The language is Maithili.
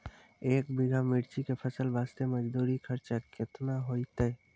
एक बीघा मिर्ची के फसल वास्ते मजदूरी खर्चा केतना होइते?